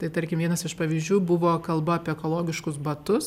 tai tarkim vienas iš pavyzdžių buvo kalba apie ekologiškus batus